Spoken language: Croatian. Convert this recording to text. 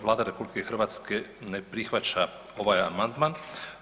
Vlada RH ne prihvaća ovaj amandman.